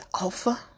Alpha